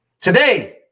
Today